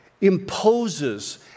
imposes